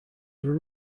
were